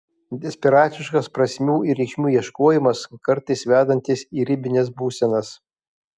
desperatiškas prasmių ir reikšmių ieškojimas kartais vedantis į ribines būsenas